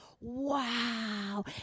Wow